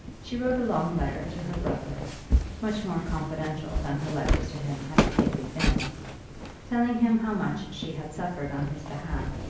she wrote a long letter to her brother much more confidential than her letters to him had lately been telling him how much she had suffered on his behalf,